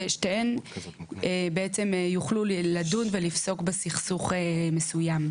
ושתיהן בעצם יוכלו לדון ולפסוק בסכסוך מסוים.